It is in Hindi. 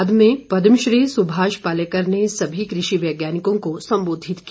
बाद में पदमश्री सुभाष पालेकर ने सभी कृषि वैज्ञानिकों को संबोधित किया